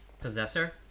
possessor